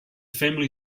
family